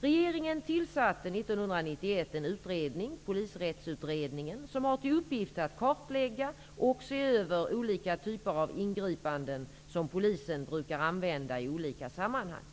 Regeringen tillsatte i augusti 1991 en utredning som har till uppgift att kartlägga och se över olika typer av ingripanden som polisen brukar använda i olika sammanhang.